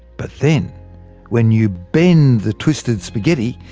but then when you bend the twisted spaghetti,